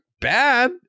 bad